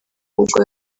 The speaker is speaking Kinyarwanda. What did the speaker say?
ahubwo